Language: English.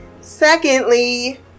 secondly